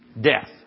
Death